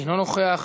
אינו נוכח,